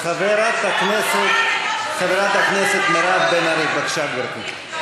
חברת הכנסת מירב בן-ארי, בבקשה, גברתי.